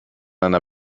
einer